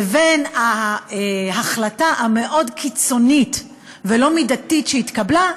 לבין ההחלטה המאוד-קיצונית ולא מידתית שהתקבלה,